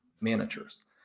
managers